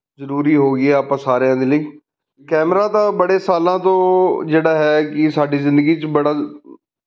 ਜ਼ਰੂਰੀ ਹੋ ਗਈਆਂ ਆਪਾਂ ਸਾਰਿਆਂ ਦੇ ਲਈ ਕੈਮਰਾ ਤਾਂ ਬੜੇ ਸਾਲਾਂ ਤੋਂ ਜਿਹੜਾ ਹੈ ਕਿ ਸਾਡੀ ਜ਼ਿੰਦਗੀ 'ਚ ਬੜਾ